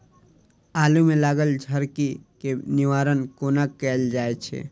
आलु मे लागल झरकी केँ निवारण कोना कैल जाय छै?